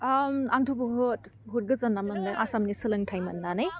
ओम आंथ' बुहुत बुहुत गोजोन्ना मोनदों आसामनि सोलोंथाइ मोन्नानै